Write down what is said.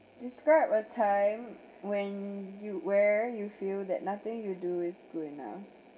describe a time when you where you feel that nothing you do is good enough